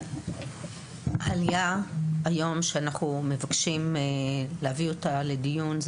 העלייה שאנחנו מבקשים היום להביא לדיון היא